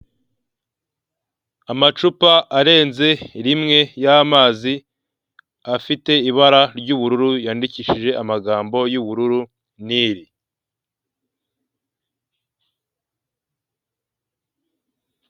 Amacupa arenze rimwe y'amazi afite ibara ry'ubururu yandikishije amagambo y'ubururu nili.